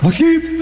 keep